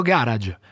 Garage